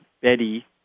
Betty